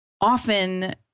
Often